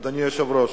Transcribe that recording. אדוני היושב-ראש,